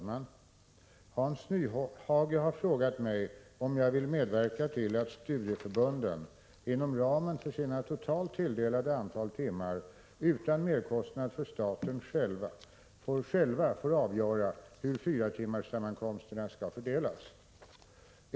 Herr talman! Hans Nyhage har frågat mig om jag vill medverka till att studieförbunden inom ramen för sina totalt tilldelade antal timmar utan merkostnad för staten själva får avgöra hur fyratimmarssammankomsterna skall fördelas.